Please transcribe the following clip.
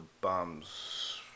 bombs